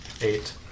eight